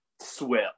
swell